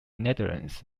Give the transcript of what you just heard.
netherlands